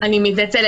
אני לא מכירה